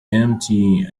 empty